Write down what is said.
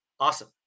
Awesome